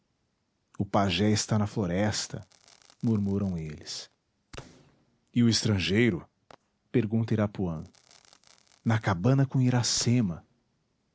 o pajé está na floresta murmuram eles e o estrangeiro pergunta irapuã na cabana com iracema